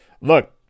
look